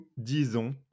disons